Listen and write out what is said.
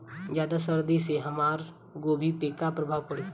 ज्यादा सर्दी से हमार गोभी पे का प्रभाव पड़ी?